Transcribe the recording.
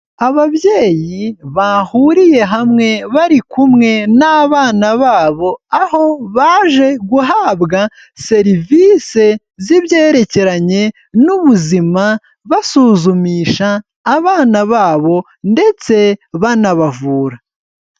Ababyeyi bahuriye hamwe bari kumwe n'abana babo, aho baje guhabwa serivisi z'ibyerekeranye n'ubuzima, basuzumisha abana babo ndetse banabavura.